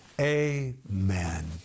Amen